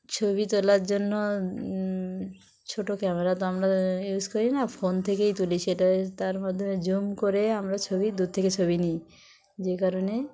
ছবি তোলার জন্য ছোট ক্যামেরা তো আমরা ইউজ করি না ফোন থেকেই তুলি সেটা তার মাধ্যমে জুম করে আমরা ছবি দূর থেকে ছবি নিই যে কারণে